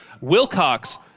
Wilcox